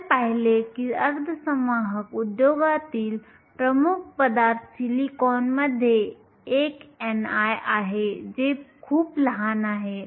आपण पाहिले की अर्धसंवाहक उद्योगातील प्रमुख पदार्थ सिलिकॉनमध्ये एक ni आहे जे खूप लहान आहे